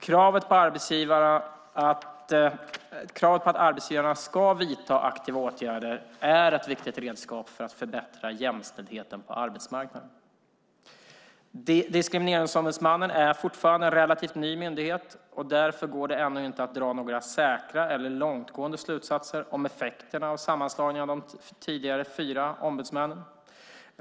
Kravet på att arbetsgivarna ska vidta aktiva åtgärder är ett viktigt redskap för att förbättra jämställdheten på arbetsmarknaden. Diskrimineringsombudsmannen är fortfarande en relativt ny myndighet, och därför går det ännu inte att dra några säkra eller långtgående slutsatser om effekterna av sammanslagningen av de tidigare fyra ombudsmännen.